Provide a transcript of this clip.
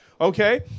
Okay